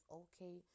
okay